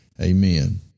Amen